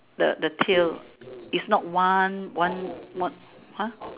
the the tail is not one one one !huh!